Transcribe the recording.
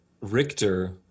Richter